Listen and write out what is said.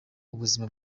ubuzima